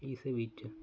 ਇਸ ਵਿੱਚ